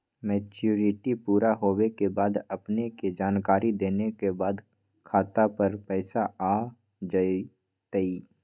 Maturity पुरा होवे के बाद अपने के जानकारी देने के बाद खाता पर पैसा आ जतई?